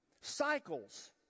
cycles